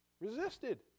resisted